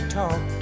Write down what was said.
talk